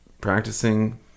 practicing